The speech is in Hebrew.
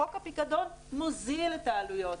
חוק הפיקדון מוזיל את העלויות,